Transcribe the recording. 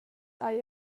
hai